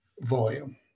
volume